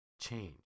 change